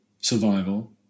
survival